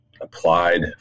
applied